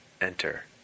enter